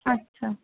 আচ্ছা